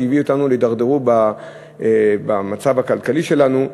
שהביא אותנו להידרדרות במצב הכלכלי שלנו,